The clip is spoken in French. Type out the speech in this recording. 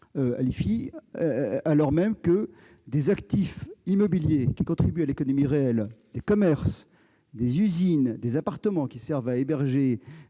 etc., des actifs immobiliers qui contribuent à l'économie réelle- des commerces, des usines, des appartements servant à héberger